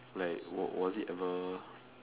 like was was it ever